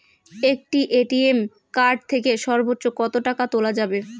একটি ATM card থেকে সর্বোচ্চ কত টাকা তোলা যাবে?